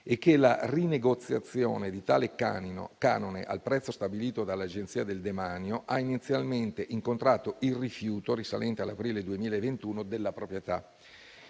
e che la rinegoziazione di tale canone al prezzo stabilito dall'Agenzia del Demanio ha inizialmente incontrato il rifiuto risalente all'aprile 2021 della proprietà.